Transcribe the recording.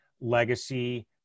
legacy